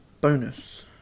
bonus